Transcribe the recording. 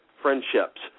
friendships